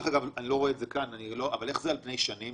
אני לא רואה את זה כאן, אבל איך זה על פני שנים?